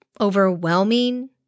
overwhelming